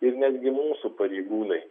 ir netgi mūsų pareigūnai